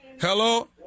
Hello